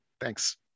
Thanks